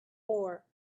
ore